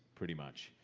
pretty much,